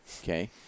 Okay